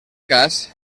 cas